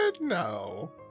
No